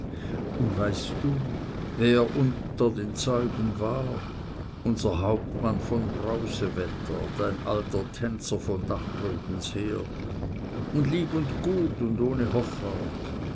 und weißt du wer mit unter den zeugen war unser hauptmann von brausewetter dein alter tänzer von dachrödens her und lieb und gut und ohne hoffart